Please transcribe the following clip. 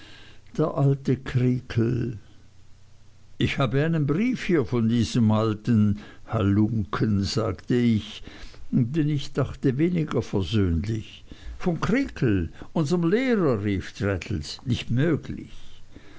der alte creakle ich habe einen brief hier von diesem alten hallunken sagte ich denn ich dachte weniger versöhnlich von creakle unserm lehrer rief traddles nicht möglich